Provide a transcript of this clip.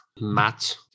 mat